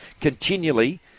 continually